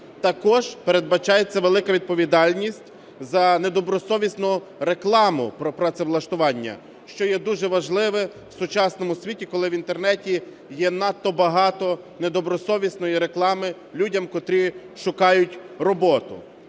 Також передбачається велика відповідальність за недобросовісну рекламу про працевлаштування, що є дуже важливим в сучасному світі, коли в інтернеті є надто багато недобросовісної реклами, людям, котрі шукають роботу.